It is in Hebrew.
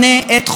זה לא יהיה.